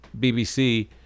BBC